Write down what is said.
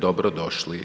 Dobro došli.